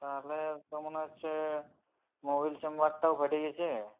তাহলে তো মনে হচ্ছে মোবিল চেম্বারটাও ফেটে গেছে